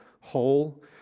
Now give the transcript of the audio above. whole